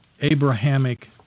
Abrahamic